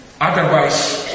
Otherwise